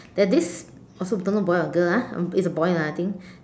there this also don't know boy or girl ah it's a boy lah I think